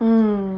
mm